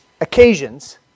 occasions